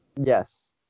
Yes